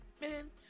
man